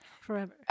forever